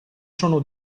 sono